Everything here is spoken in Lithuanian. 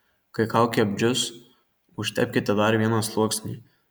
kai kaukė apdžius užtepkite dar vieną sluoksnį